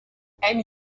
and